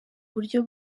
buryo